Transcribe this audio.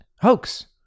Hoax